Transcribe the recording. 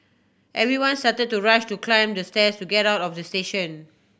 everyone started to rush to climb the stairs to get out of the station